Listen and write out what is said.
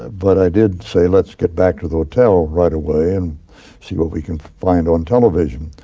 but i did say, let's get back to the hotel right away and see what we can find on television.